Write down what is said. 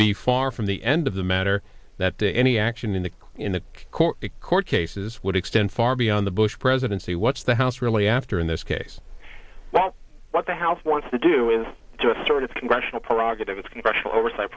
be far from the end of the matter that the any action in the in the court the court cases would extend far beyond the bush presidency what's the house really after in this case want what the house wants to do is just sort of congressional prerogatives congressional oversight